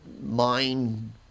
mind